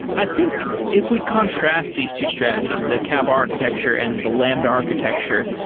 i think if we contrast these two strategies, the kappa architecture and the lambda architecture,